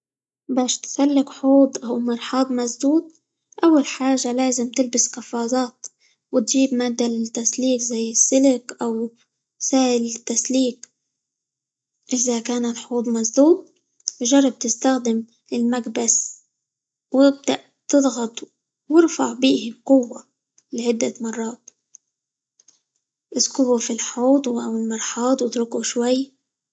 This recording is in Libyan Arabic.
باش تسلك حوض، أو مرحاض مسدود، أول حاجة لازم تلبس قفازات، وتجيب مادة للتسليك زي السلك، أو سائل للتسليك، إذا كان الحوض مسدود جرب تستخدم المكبس، وابدأ تضغط، وأرفع به بقوة لعدة مرات، اسكبه في الحوض، أو المرحاض، واتركه شوي.